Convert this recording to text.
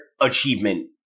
achievement